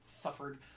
Suffered